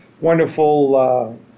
wonderful